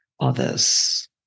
others